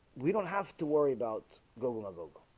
we don't have to worry about google logo